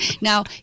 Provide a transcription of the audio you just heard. Now